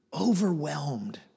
overwhelmed